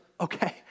okay